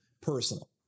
personal